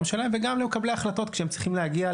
שלהם וגם למקבלי החלטות כשהם צריכים להגיע,